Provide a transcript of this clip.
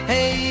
Hey